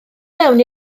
mewn